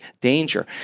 danger